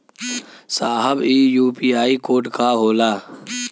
साहब इ UPI code का होला?